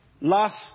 last